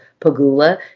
Pagula